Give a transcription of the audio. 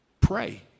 Pray